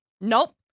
nope